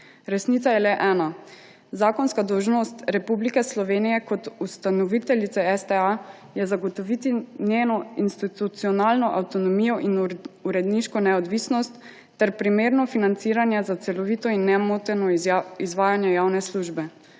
Resnica je le ena. Zakonska dolžnost Republike Slovenije kot ustanoviteljice STA je zagotoviti njeno institucionalno avtonomijo in uredniško neodvisnost ter primerno financiranje za celovito in nemoteno izvajanje javne službe.